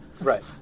Right